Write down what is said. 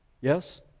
Yes